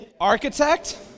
Architect